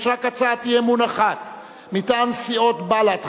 יש רק הצעת אי-אמון אחת מטעם סיעות בל"ד,